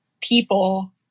people